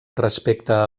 respecte